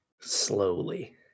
slowly